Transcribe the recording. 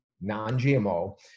non-gmo